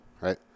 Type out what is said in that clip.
right